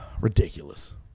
Ridiculous